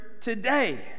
today